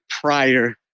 prior